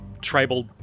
tribal